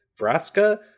Vraska